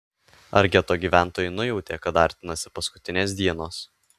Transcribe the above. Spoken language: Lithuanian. ar geto gyventojai nujautė kad artinasi paskutinės dienos